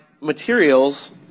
materials